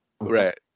Right